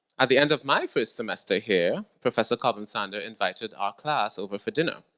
at the end of my first semester here, professor cobham-sander invited our class over for dinner.